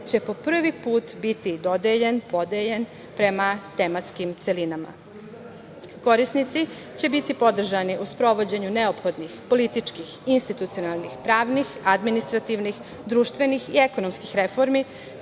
će po prvi put biti dodeljen, podeljen prema tematskim celinama. Korisnici će biti podržani u sprovođenju neophodnih političkih, institucionalnih, pravnih, administrativnih, društvenih i ekonomskih reformi